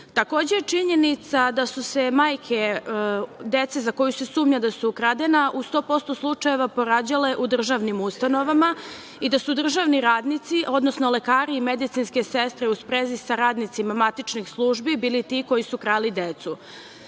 Takođe je činjenica da su se majke dece za koju se sumnja da su ukradena u 100% slučajeva porađale u državnim ustanovama i da su državni radnici, odnosno lekari i medicinske sestre u sprezi sa radnicima matičnih službi bili ti koji su krali decu.